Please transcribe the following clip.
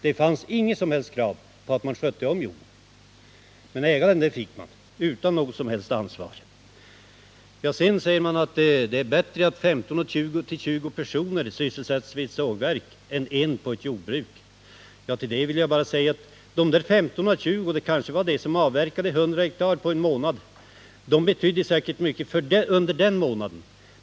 Det fanns inget som helst krav på att man skulle sköta om jorden, men äga den fick man, utan något som helst ansvar. Han säger att det är bättre att 15-20 personer sysselsätts vid ett sågverk än att en person sysselsätts på ett jordbruk. Till det vill jag bara säga att de där 15-20 personerna kanske var de som avverkade 100 hektar på en månad, och de betydde säkerligen mycket under den månaden.